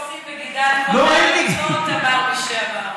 שעושים, אמר מי שאמר.